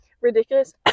ridiculous